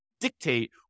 Dictate